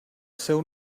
seu